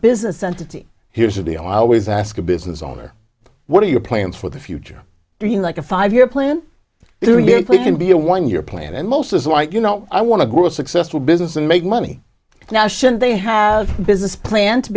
business entity here's the deal i always ask a business owner what are your plans for the future do you like a five year plan it would be a put in be a one year plan and most is like you know i want to grow a successful business and make money now should they have a business plan to